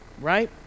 right